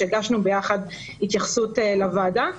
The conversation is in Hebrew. שהגשנו ביחד התייחסות לוועדה.